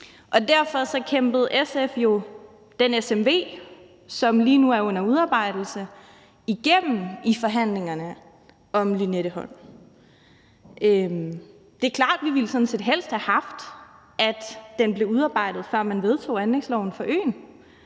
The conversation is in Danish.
derfor kæmpede SF jo den smv, som lige nu er under udarbejdelse, igennem i forhandlingerne om Lynetteholm. Det er sådan set klart, at vi helst ville have haft, at den var blevet udarbejdet, før man vedtog anlægsloven for øen,